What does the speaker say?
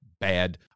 Bad